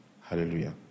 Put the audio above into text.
Hallelujah